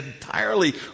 entirely